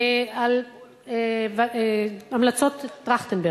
המלצות טרכטנברג,